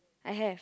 I have